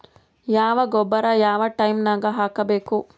ಯಾವ ಗೊಬ್ಬರ ಯಾವ ಟೈಮ್ ನಾಗ ಹಾಕಬೇಕು?